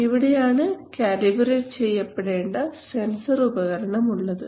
ഇവിടെയാണ് കാലിബ്രേറ്റ് ചെയ്യപ്പെടേണ്ട സെൻസർ ഉപകരണം ഉള്ളത്